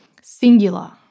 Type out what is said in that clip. singular